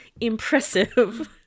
impressive